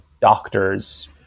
doctors